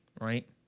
Right